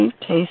Taste